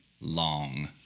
long